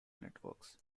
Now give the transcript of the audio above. networks